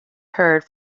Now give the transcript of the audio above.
heard